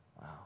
Wow